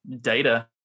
data